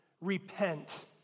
Repent